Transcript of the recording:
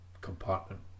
compartment